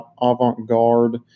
avant-garde